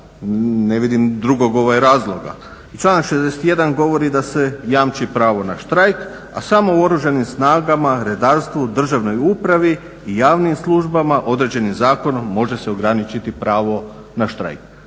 ne vidim drugog razloga. I članak 61. govori da se jamči pravo na štrajk a samo u Oružanim snagama, redarstvu, državnoj upravi i javnim službama određeno je zakonom može se ograničiti pravo na štrajk.